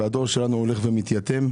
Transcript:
והדור שלנו הולך ומתייתם.